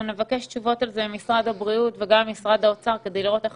אנחנו נבקש תשובות על זה ממשרד הבריאות וגם ממשרד האוצר כדי לראות איך